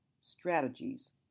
strategies